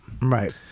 Right